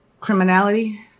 criminality